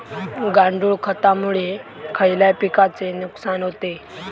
गांडूळ खतामुळे खयल्या पिकांचे नुकसान होते?